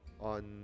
on